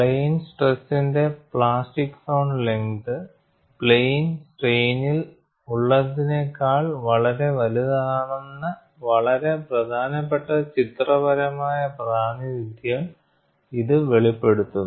plain സ്ട്രെസിന്റെ plastic zone length plain സ്ട്രെയിനിൽ ഉള്ളതിനേക്കാൾ വളരെ വലുതാണെന്ന വളരെ പ്രധാനപ്പെട്ട ചിത്രപരമായ പ്രാതിനിധ്യം ഇത് വെളിപ്പെടുത്തുന്നു